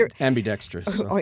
ambidextrous